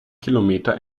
kilometer